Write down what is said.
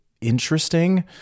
interesting